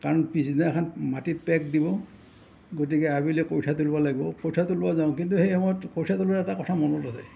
কাৰণ পিছদিনাখান মাটিত পেক দিব গতিকে আবেলি কঠিয়া তুলিব লাগিব কঠিয়া তুলিব যাওঁ কিন্তু সেই সময়ত কঠিয়া তুলিবৰ এটা কথা মনত আছে